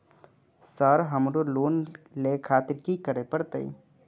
Sir हमरो loan ले खातिर की करें परतें?